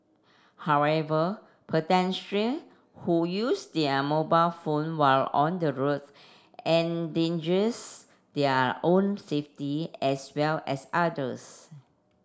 however pedestrian who use their mobile phone while on the road endangers their own safety as well as others